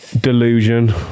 Delusion